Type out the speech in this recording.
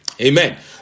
Amen